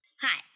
Hi